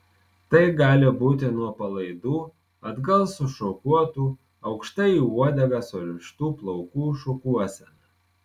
tai gali būti nuo palaidų atgal sušukuotų aukštai į uodegą surištų plaukų šukuosena